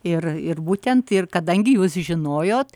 ir ir būtent ir kadangi jūs žinojote